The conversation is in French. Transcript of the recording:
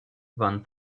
van